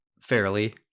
fairly